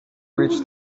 reached